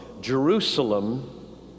Jerusalem